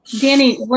Danny